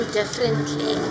differently